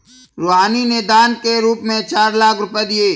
रूहानी ने दान के रूप में चार लाख रुपए दिए